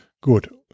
Gut